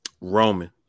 Roman